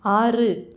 ஆறு